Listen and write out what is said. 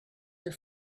your